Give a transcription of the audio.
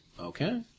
Okay